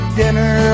dinner